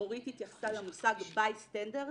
אורית התייחסה למושג By standers,